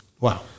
Wow